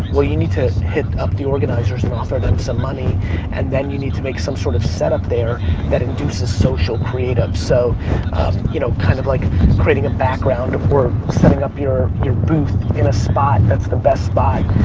well you need to hit up the organizers and offer them some money and then you need to make some sort of setup there that induces social creative. so you know, kind of like creating a background or setting up your your booth in a spot that's the best spot.